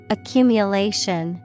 Accumulation